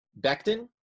Becton